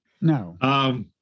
No